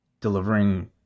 delivering